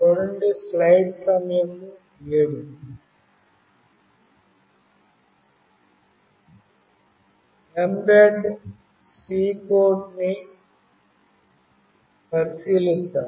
Mbed C కోడ్ను పరిశీలిద్దాం